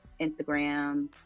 Instagram